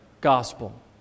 gospel